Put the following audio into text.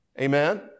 Amen